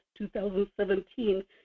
2017